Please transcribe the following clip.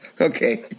Okay